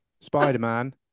spider-man